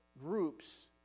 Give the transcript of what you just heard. groups